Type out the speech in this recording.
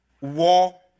war